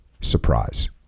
surprise